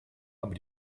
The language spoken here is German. aber